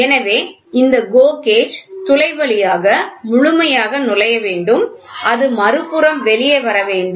எனவே இந்த GO gauge துளை வழியாக முழுமையாக நுழைய வேண்டும் அது மறுபுறம் வெளியே வர வேண்டும்